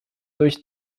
durch